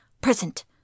present